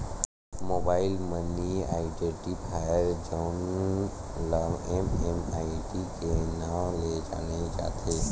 mobile money identifier जउन ल MMID के नांव ले जाने जाथे